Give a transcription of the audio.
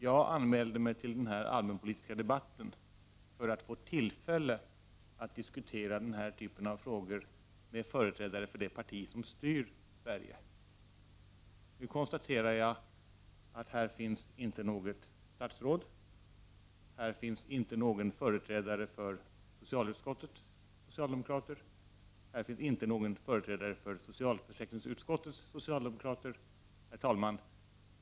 Jag anmälde mig till den här allmänpolitiska debatten för att få tillfälle att diskutera den här typen av frågor med företrädaren för det parti som styr Sverige. Nu konstaterar jag att här finns inte något statsråd, och här finns inte någon företrädare för socialutskottets socialdemokrater och inte någon företrädare för socialförsäkringsutskottets socialdemokrater. Herr talman!